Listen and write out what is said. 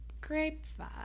Grapevine